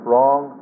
Wrong